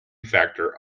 factor